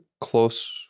close